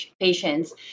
patients